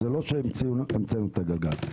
זה לא שהמצאנו את הגלגל.